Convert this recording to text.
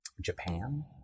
Japan